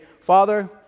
Father